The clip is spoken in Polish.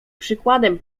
przykładem